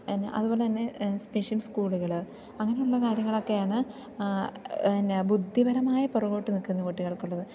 എന്നെ അതുപോലെ തന്നെ സ്പെഷ്യൽ സ്കൂളുകൾ അങ്ങനെയുള്ള കാര്യങ്ങളൊക്കെയാണ് പിന്നെ ബുദ്ധിപരമായ പുറകോട്ടു നിൽക്കുന്ന കുട്ടികൾക്കുള്ളത്